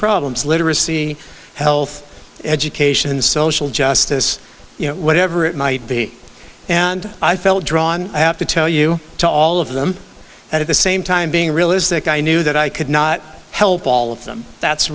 problems literacy health education social justice you know whatever it might be and i felt drawn i have to tell you to all of them at the same time being realistic i knew that i could not help all of them that's